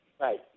Right